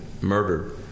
murdered